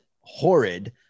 horrid